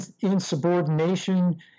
insubordination